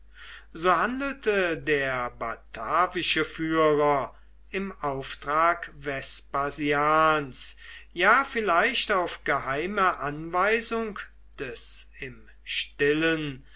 so handelte der batavische führer im auftrag vespasians ja vielleicht auf geheime anweisung des im stillen